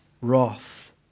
wrath